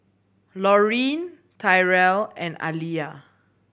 Laureen Tyrel and Alia